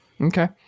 Okay